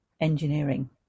engineering